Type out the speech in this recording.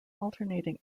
alternating